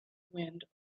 wind